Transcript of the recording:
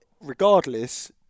regardless